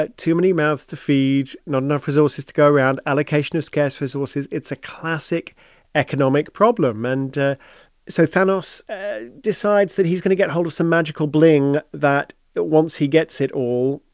but too many mouths to feed, not enough resources to go around, allocation of scarce resources. it's a classic economic problem. and so thanos ah decides that he's going to get hold of some magical bling that, once he gets it all,